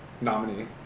nominee